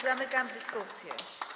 Zamykam dyskusję.